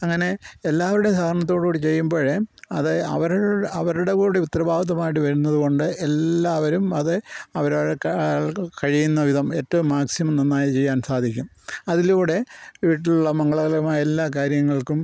അങ്ങനെ എല്ലാവരുടെയും സഹകരണത്തോടുകൂടി ചെയ്യുമ്പോഴേ അത് അവരവരുടെ അവരുടെ കൂടെ ഉത്തരവാദിത്തമായിട്ട് വരുന്നതുകൊണ്ട് എല്ലാവരും അത് അവരവര് കഴിയുന്ന വിധം ഏറ്റവും മാക്സിമം നന്നായി ചെയ്യാൻ സാധിക്കും അതിലൂടെ വീട്ടിലുള്ള മംഗളകരമായ എല്ലാ കാര്യങ്ങൾക്കും